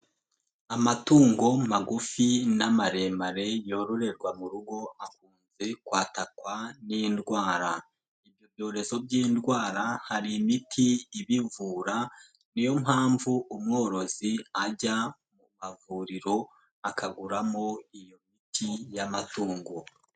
Amatungo magufi n'amaremare yororerwa mu rugo akunze kwatakwa n'indwara. Ibyorezo by'indwara hari imiti ibivura, niyo mpamvu umworozi ajya, mu mavuriro akaguramo iyo miti y'amatungo.